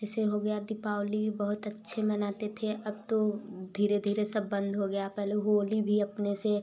जैसे हो गया दीपावली बहुत अच्छे मनाते थे अब तो धीरे धीरे सब बंद हो गया पहले होली भी अपने से